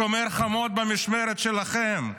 שומר חומות במשמרת שלכם,